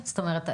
זאת אומרת,